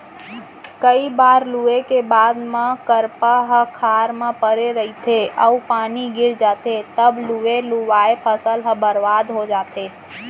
कइ बार लूए के बाद म करपा ह खार म परे रहिथे अउ पानी गिर जाथे तव लुवे लुवाए फसल ह बरबाद हो जाथे